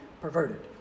perverted